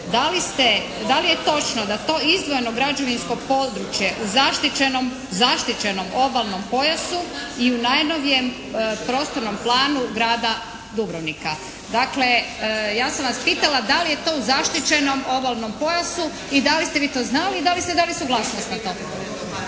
da li je točno da to izdvojeno građevinsko područje u zaštićenom obalnom pojasu i u najnovijem prostornom planu grada Dubrovnika? Dakle ja sam vas pitala da li je to u zaštićenom obalnom pojasu i da li ste vi to znali i da li ste dali suglasnost na to?